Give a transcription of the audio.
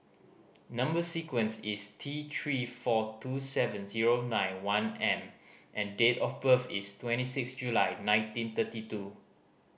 number sequence is T Three four two seven zero nine one M and date of birth is twenty six July nineteen thirty two